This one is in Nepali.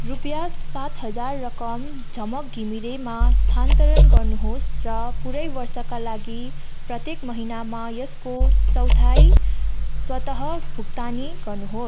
रुपियाँ सात हजार रकम झमक घिमिरेमा स्थानान्तरण गर्नुहोस् र पुरै वर्षका लागि प्रत्येक महिना यसको चौथाइ स्वतः भुक्तानी गर्नुहोस्